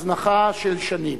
הזנחה של שנים.